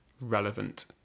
relevant